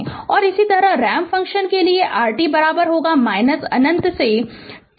और इसी तरह रैंप फ़ंक्शन के लिए rt अनंत से t ut d t दाएँ